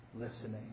listening